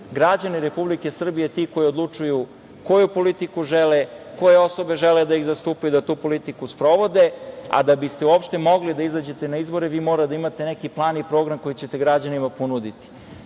građani Republike Srbije ti koji odlučuju koju politiku žele, koje osobe žele da ih zastupaju da tu politiku sprovode, a da biste uopšte mogli da izađete na izbore vi morate da imate neki plan i program koji ćete građanima ponuditi. Njihov